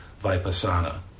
Vipassana